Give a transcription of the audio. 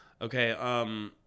Okay